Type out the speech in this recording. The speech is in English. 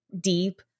deep